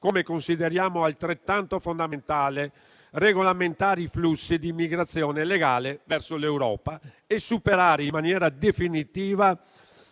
come consideriamo altrettanto fondamentale regolamentare i flussi di immigrazione legale verso l'Europa e superare in maniera definitiva